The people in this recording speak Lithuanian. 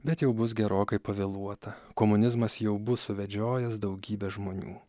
bet jau bus gerokai pavėluota komunizmas jau bus suvedžiojęs daugybę žmonių